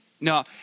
No